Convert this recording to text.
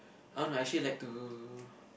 uh no I actually like to